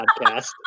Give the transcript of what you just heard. podcast